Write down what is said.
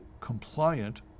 compliant